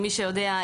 מי שיודע,